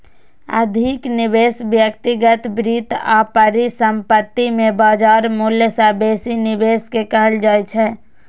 अधिक निवेश व्यक्तिगत वित्त आ परिसंपत्ति मे बाजार मूल्य सं बेसी निवेश कें कहल जाइ छै